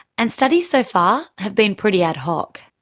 and studies so far have been pretty ad hoc.